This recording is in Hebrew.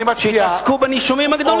שיעסקו בנישומים הגדולים.